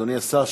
אדוני השר,